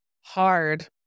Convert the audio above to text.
hard